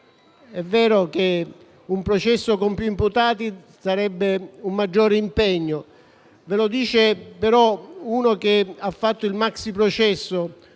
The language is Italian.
È vero che un processo con più imputati sarebbe un maggiore impegno; ve lo dice però uno che ha fatto il maxi processo